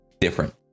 different